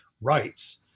rights